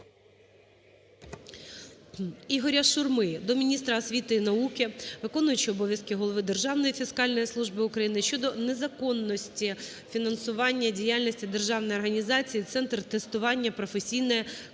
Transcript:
ІгоряШурми до міністра освіти і науки, виконуючого обов'язки голови Державної фіскальної служби України щодо незаконності фінансування Державної організації "Центр тестування професійної